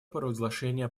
провозглашение